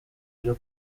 ibyo